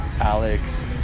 Alex